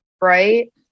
right